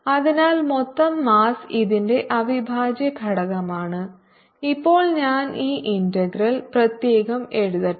അതിനാൽ മൊത്തം മാസ്സ് ഇതിന്റെ അവിഭാജ്യ ഘടകമാണ് ഇപ്പോൾ ഞാൻ ഈ ഇന്റഗ്രൽ പ്രത്യേകം എഴുതട്ടെ